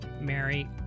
Mary